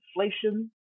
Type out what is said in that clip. inflation